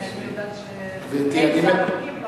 אני יודעת שאין שר פנים בממשלה.